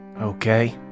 Okay